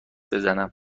بزنم